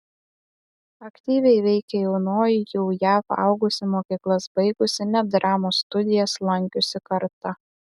aktyviai veikė jaunoji jau jav augusi mokyklas baigusi net dramos studijas lankiusi karta